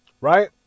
Right